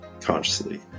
consciously